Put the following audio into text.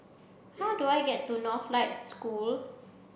how do I get to School